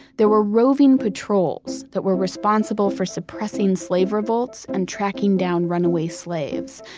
there were roving patrols that were responsible for suppressing slave revolts and tracking down runaway slaves.